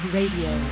Radio